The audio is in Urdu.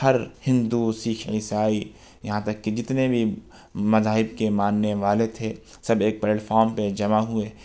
ہر ہندو سکھ عیسائی یہاں تک کہ جتنے بھی مذاہب کے ماننے والے تھے سب ایک پلیٹ فارم پے جمع ہوئے